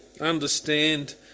understand